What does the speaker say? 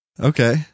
Okay